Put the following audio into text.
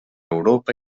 europa